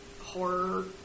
horror